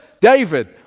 David